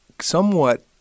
somewhat